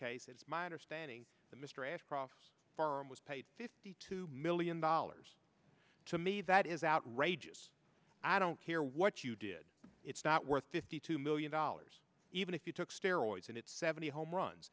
case it's my understanding that mr ashcroft's farm was paid fifty two million dollars to me that is outrageous i don't care what you did it's not worth fifty two million dollars even if you took steroids and it's seventy home runs